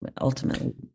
Ultimately